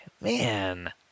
Man